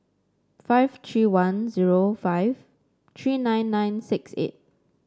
five three one zero five three nine nine six eight